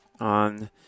on